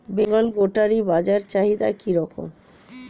বেঙ্গল গোটারি বাজার চাহিদা কি রকম?